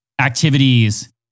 activities